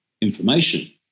information